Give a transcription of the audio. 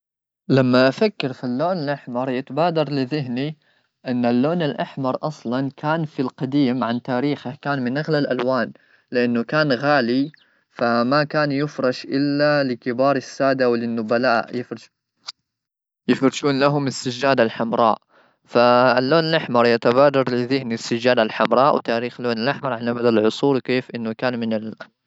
لما افكر في اللون الاحمر يتبادر لذهني ان اللون الاحمر اصلا كان في القديم عن تاريخه كان من نقل الالوان لانه كان غالي فما كان يفرش الا لكبار الساده النبلاء يفرشون لهم السجاده الحمراء فاللون الاحمر يتبادر لذهن السجاده الحمراء وتاريخ لون الاحمر على مدى العصور كيف انه كان من الالوان